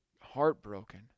heartbroken